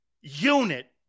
unit